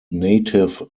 native